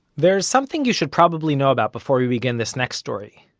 there's something you should probably know about before we begin this next story.